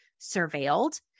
surveilled